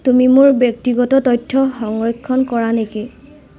তুমি মোৰ ব্যক্তিগত তথ্য সংৰক্ষণ কৰা নেকি